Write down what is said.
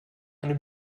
eine